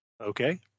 Okay